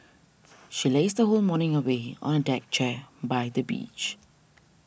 she lazed her whole morning away on a deck chair by the beach